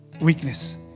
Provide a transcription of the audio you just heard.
weakness